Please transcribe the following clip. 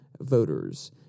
Voters